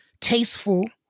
tasteful